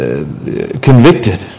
convicted